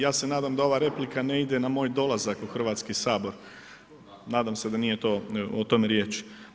Ja se nadam da ova replika ne ide na moj dolazak u Hrvatski sabor, nadam se da nije o tom riječ.